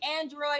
Android